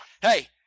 hey